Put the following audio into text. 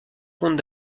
compte